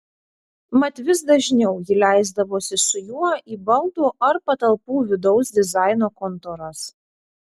mat vis dažniau ji leisdavosi su juo į baldų ar patalpų vidaus dizaino kontoras